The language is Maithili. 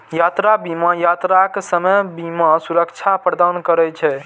यात्रा बीमा यात्राक समय बीमा सुरक्षा प्रदान करै छै